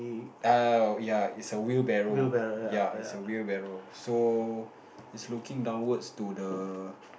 oh ya it's a wheel barrier ya it's a wheel barrier so it's looking downwards to the